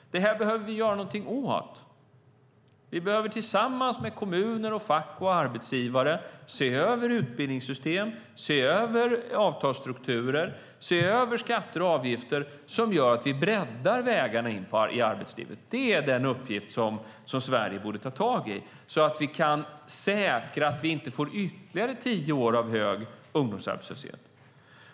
Det här behöver vi göra någonting åt. Vi behöver tillsammans med kommuner, fack och arbetsgivare se över utbildningssystem, se över avtalsstrukturer, se över skatter och avgifter som gör att vi breddar vägarna in i arbetslivet. Det är den uppgift som Sverige borde ta tag i, så att vi kan säkra att vi inte får ytterligare tio år av hög ungdomsarbetslöshet.